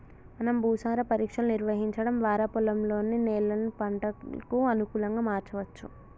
మనం భూసార పరీక్షలు నిర్వహించడం వారా పొలంలోని నేలను పంటలకు అనుకులంగా మార్చవచ్చు